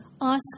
ask